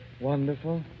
Wonderful